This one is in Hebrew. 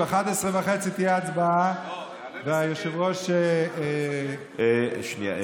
ב-23:30 תהיה הצבעה, והיושב-ראש, שנייה.